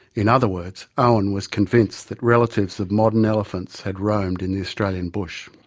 in other words owen was convinced that relatives of modern elephants had roamed in the australian bush.